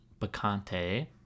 Bacante